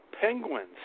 penguins